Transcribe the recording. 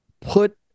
put